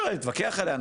היה אפשר להתווכח עליה,